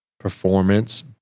performance